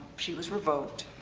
she was revoked